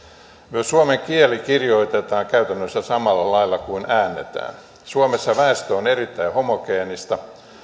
myös suomen kieli kirjoitetaan käytännössä samalla lailla kuin äännetään suomessa väestö on erittäin homogeenista